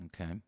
Okay